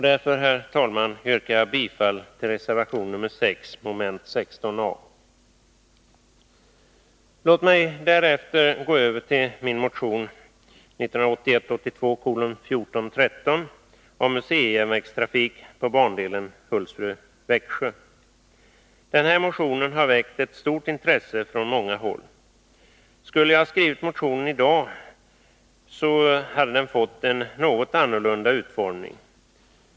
Därför, herr talman, yrkar jag bifall till reservation nr 6, mom. 16 a. Låt mig därefter gå över till min motion 1981/82:1413 om museijärnvägstrafik på bandelen Hultsfred-Växjö. Den här motionen har väckt ett stort intresse från många håll. Skulle jag ha skrivit motionen i dag, hade den fått en något annan utformning.